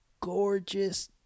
gorgeous